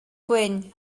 gwyn